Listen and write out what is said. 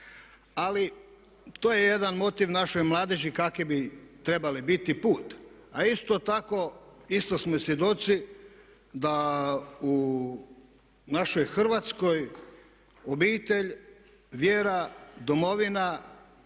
Ali to je jedan motiv našoj mladeži kakvi bi trebali biti, put. A isto tako isto smo svjedoci da u našoj Hrvatskoj obitelj, vjera, domovina